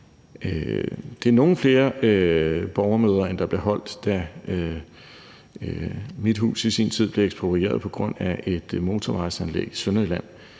Det er nogle flere borgermøder, end der blev holdt, da mit hus i sin tid blev eksproprieret på grund af et motorvejsanlæg i Sønderjylland.